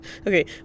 Okay